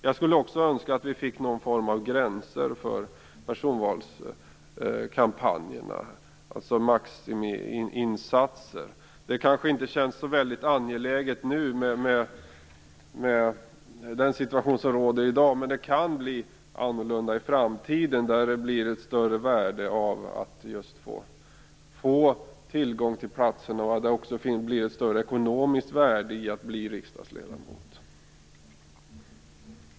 Jag skulle önska att vi fick någon form av gränser för personvalskampanjerna, att vi fick maximiinsatser. Det kanske inte känns så väldigt angeläget nu, med den situation som råder i dag. Men det kan bli annorlunda i framtiden. Värdet av att få tillgång till platserna kan bli större, det kan bli ett större ekonomiskt värde i att bli riksdagsledamot.